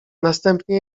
następnie